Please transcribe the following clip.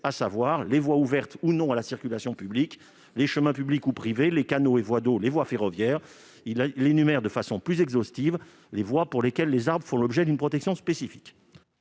à savoir les voies ouvertes ou non à la circulation publique, les chemins publics ou privés, les canaux et voies d'eau, les voies ferroviaires. Il tend à énumérer de façon plus exhaustive les voies sur lesquelles les arbres font l'objet d'une protection spécifique.